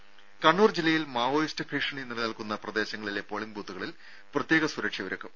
രുമ കണ്ണൂർ ജില്ലയിൽ മാവോയിസ്റ്റ് ഭീഷണി നിലനിൽക്കുന്ന പ്രദേശങ്ങളിലെ പോളിങ്ങ് ബൂത്തുകളിൽ പ്രത്യേക സുരക്ഷ ഒരുക്കും